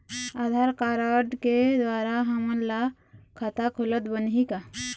आधार card के द्वारा हमन ला खाता खोलत बनही का?